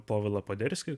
povilą poderskį